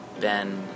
Ben